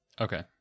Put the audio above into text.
Okay